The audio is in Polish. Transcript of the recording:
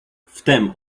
wtem